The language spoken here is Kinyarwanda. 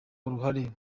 uruhare